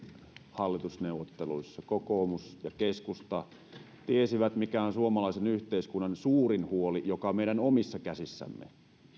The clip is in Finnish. hallitusneuvotteluissa kokoomus ja keskusta tiesivät mikä on suomalaisen yhteiskunnan suurin huoli joka on meidän omissa käsissämme